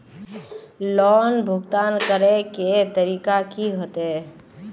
Loan भुगतान करे के तरीका की होते?